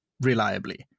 reliably